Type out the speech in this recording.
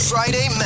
Friday